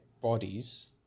bodies